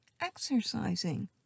exercising